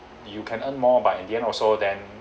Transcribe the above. you can earn more but in the end also then